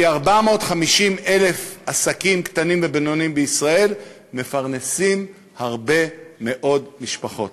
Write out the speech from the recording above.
כי 450,000 עסקים קטנים ובינוניים בישראל מפרנסים הרבה מאוד משפחות.